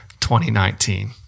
2019